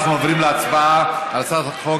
אנחנו עוברים להצבעה על הצעת חוק